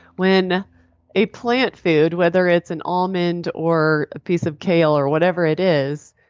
when a plant food, whether it's an almond or a piece of kale or whatever it is,